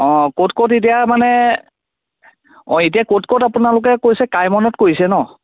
অ ক'ত ক'ত এতিয়া মানে অ এতিয়া ক'ত ক'ত আপোনালোকে কৈছে কাইমনত কৈছে ন'